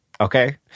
okay